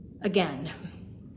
Again